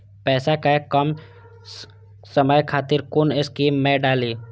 पैसा कै कम समय खातिर कुन स्कीम मैं डाली?